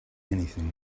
anything